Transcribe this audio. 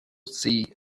see